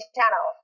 Channel